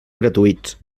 gratuïts